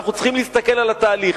אנחנו צריכים להסתכל על התהליך.